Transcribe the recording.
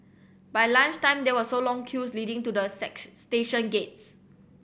by lunch time there were so long queues leading to the sets station gates